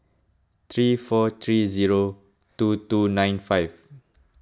three four three zero two two nine five